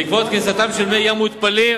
בעקבות כניסתם של מי ים מותפלים,